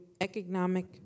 economic